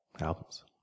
albums